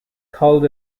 called